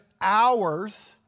hours